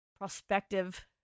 prospective